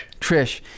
Trish